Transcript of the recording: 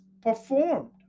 performed